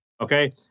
Okay